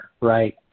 right